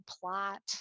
plot